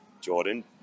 Jordan